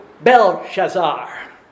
Belshazzar